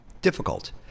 difficult